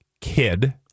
kid